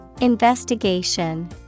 Investigation